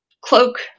Cloak